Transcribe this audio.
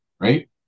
right